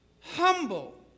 humble